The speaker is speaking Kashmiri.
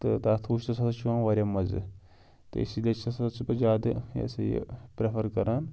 تہٕ تَتھ وُچھنَس ہَسا چھُ یِوان واریاہ مَزٕ تہٕ اسی لیے چھُس ہَسا چھُس بہٕ زیادٕ یہِ ہَسا یہِ پرٛٮ۪فر کَران